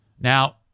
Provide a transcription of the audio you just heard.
Now